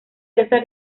diosa